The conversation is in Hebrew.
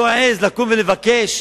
לא העז, לקום ולבקש